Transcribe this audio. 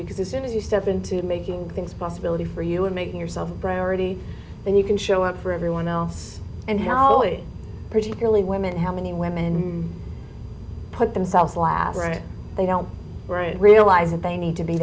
because this if you step into making things possibility for you and making yourself a priority then you can show up for everyone else and how particularly women how many women put themselves last right they don't realize that they need to be